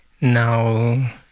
Now